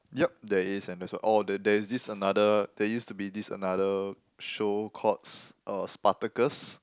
yup there is and there's oh there there is this another there used to be this another show called Sp~ uh Spartacus